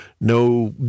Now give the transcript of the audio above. no